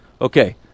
Okay